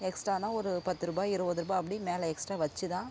எக்ஸ்டானால் ஒரு பத்துரூபாய் இருபதுரூபா அப்படி மேலே எக்ஸ்டா வச்சு தான்